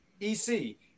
EC